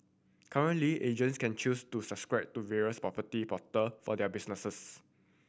currently agents can choose to subscribe to various property portal for their businesses